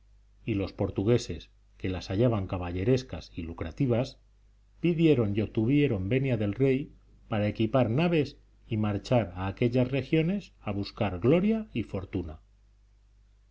y los portugueses que las hallaban caballerescas y lucrativas pidieron y obtuvieron venia del rey para equipar naves y marchar a aquellas regiones a buscar gloria y fortuna